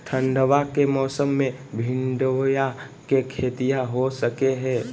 ठंडबा के मौसमा मे भिंडया के खेतीया हो सकये है?